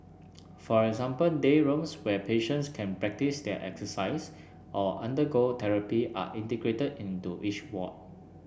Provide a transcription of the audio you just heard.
for example day rooms where patients can practise their exercise or undergo therapy are integrated into each ward